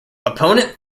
opponent